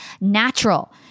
natural